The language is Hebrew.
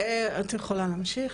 ממצאים מרכזיים מהנתונים).